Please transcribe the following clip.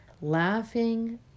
laughing